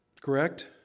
Correct